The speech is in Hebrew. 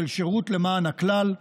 של שירות למען הכלל,